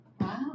Wow